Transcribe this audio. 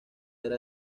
era